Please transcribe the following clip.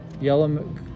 Yellow